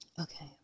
Okay